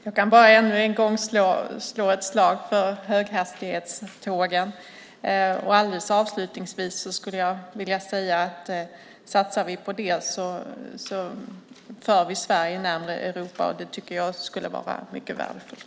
Jag skulle ännu en gång vilja slå ett slag för höghastighetstågen och avslutningsvis säga att om vi satsar på dem för vi Sverige närmare Europa, vilket jag tycker skulle vara mycket värdefullt.